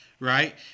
Right